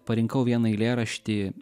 parinkau vieną eilėraštį